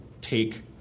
take